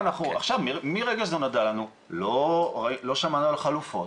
עכשיו מרגע שזה נודע לנו לא שמענו על חלופות,